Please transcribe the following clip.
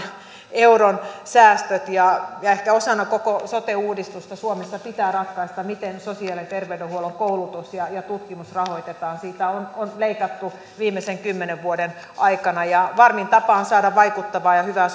euron säästöt ja ehkä osana koko sote uudistusta suomessa pitää ratkaista miten sosiaali ja terveydenhuollon koulutus ja tutkimus rahoitetaan siitä on on leikattu viimeisen kymmenen vuoden aikana ja varmin tapa on saada vaikuttavaa ja hyvää